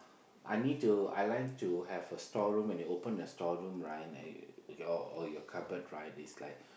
I need to I like to have a storeroom when you open the storeroom right and your or your cupboard right is like